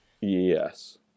Yes